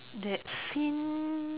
that scene